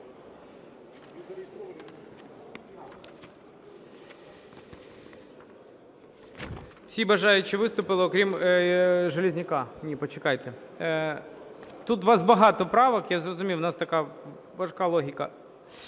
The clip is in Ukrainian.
Всі бажаючі виступили, окрім Железняка. Ні, почекайте. Тут у вас багато правок, я зрозумів, у нас така важка логіка.